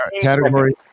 Category